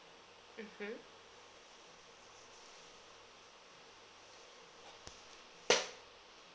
mmhmm